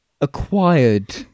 acquired